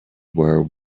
were